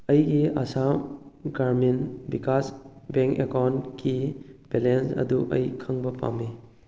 ꯑꯩꯒꯤ ꯑꯁꯥꯝ ꯒ꯭ꯔꯥꯃꯤꯟ ꯚꯤꯀꯥꯁ ꯕꯦꯡ ꯑꯦꯀꯥꯎꯟꯒꯤ ꯕꯦꯂꯦꯟꯁ ꯑꯗꯨ ꯑꯩ ꯈꯪꯕ ꯄꯥꯝꯏ